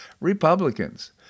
Republicans